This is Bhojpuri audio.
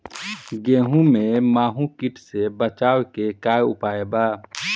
गेहूँ में माहुं किट से बचाव के का उपाय बा?